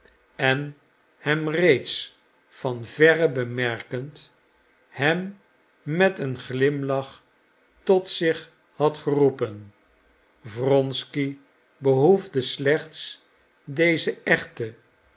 en hem reeds van verre bemerkend hem met een glimlach tot zich had geroepen wronsky behoefde slechts deze echte